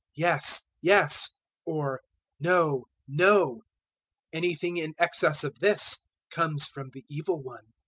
yes, yes or no, no anything in excess of this comes from the evil one.